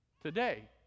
Today